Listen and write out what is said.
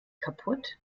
kaputt